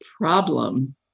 problem